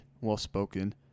well-spoken